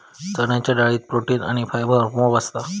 चण्याच्या डाळीत प्रोटीन आणी फायबर मोप असता